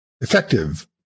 effective